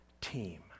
team